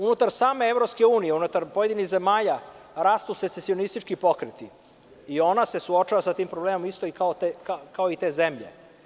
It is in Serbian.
Unutar same EU, unutar pojedinih zemalja rastu secesionistički pokreti i ona se suočava sa tim problemom kao i te zemlje.